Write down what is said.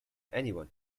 anyone